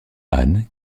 anne